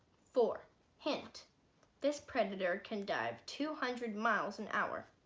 for hint this predator can dive two hundred miles an hour